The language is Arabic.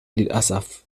للأسف